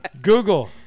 Google